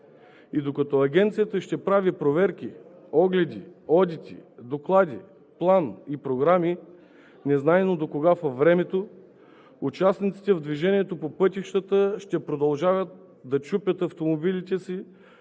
И докато Агенцията ще прави проверки, огледи, одити, доклади, план, програми, незнайно докога във времето, участниците в движението по пътищата ще продължават да чупят автомобилите си